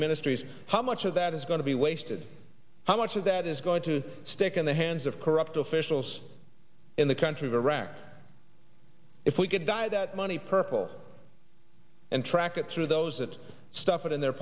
iraqi ministries how much of that is going to be wasted how much of that is going to stick in the hands of corrupt officials in the country of iraq if we could die that money purple and track it through those that stuff it in their